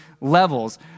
levels